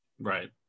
Right